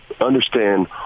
understand